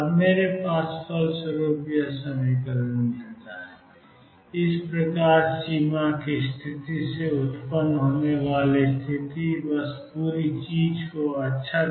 तो मेरे पास βCsin βL2 αCcos βL2 है